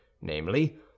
namely